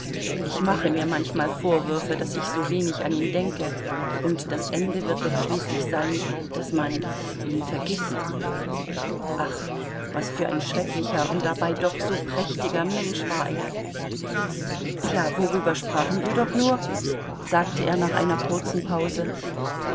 ich mache mir manchmal vorwürfe daß ich so wenig an ihn denke und das ende wird doch schließlich sein daß man ihn vergißt ach was für ein schrecklicher und dabei doch so prächtiger mensch war er ja worüber sprachen wir doch nur sagte er nach einer kurzen pause